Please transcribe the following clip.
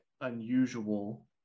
unusual